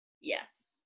Yes